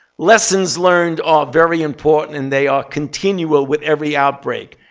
lessons learned are very important, and they are continual with every outbreak.